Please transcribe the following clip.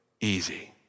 easy